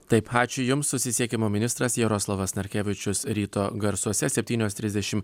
taip ačiū jums susisiekimo ministras jaroslavas narkevičius ryto garsuose septynios trisdešimt